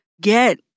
get